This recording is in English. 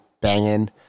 banging